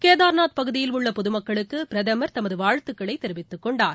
கேதார்நாத் பகுதியில் உள்ள பொதுமக்களுக்கு பிரதமர் தமது வாழ்த்துக்களை தெரிவித்துக் கொண்டார்